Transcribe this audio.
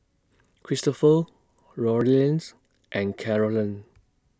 Cristopher Lorean's and Carolann